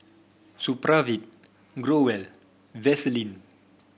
Supravit Growell Vaselin